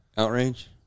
outrage